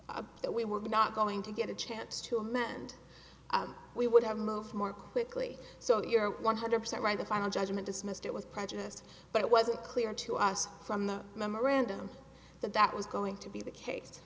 book that we were not going to get a chance to amend we would have moved more quickly so you're one hundred percent right the final judgment dismissed it was prejudiced but it wasn't clear to us from the memorandum that that was going to be the case